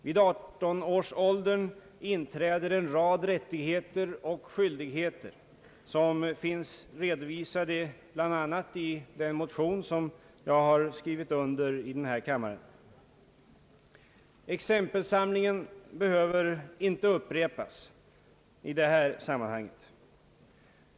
Vid 18 års ålder inträder en rad rättigheter och skyldigheter, som finns redovisade bl.a. i den motion som jag har skrivit under. Exempelsamlingen behöver inte upprepas i det här sammanhanget.